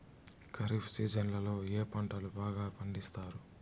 ఖరీఫ్ సీజన్లలో ఏ పంటలు బాగా పండిస్తారు